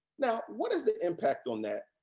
now, what is the impact on that?